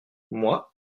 moi